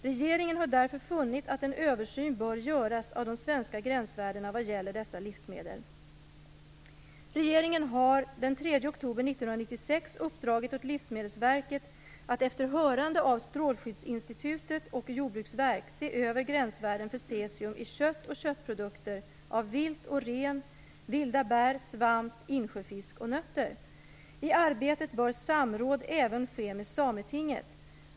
Regeringen har därför funnit att en översyn bör göras av de svenska gränsvärdena vad gäller dessa livsmedel. Regeringen har den 3 oktober 1996 uppdragit åt Livsmedelsverket att efter hörande av Strålskyddsinstitutet och Jordbruksverket se över gränsvärdena för cesium i kött och köttprodukter av vilt och ren, vilda bär, svamp, insjöfisk och nötter. I arbetet bör samråd även ske med Sametinget.